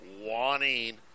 wanting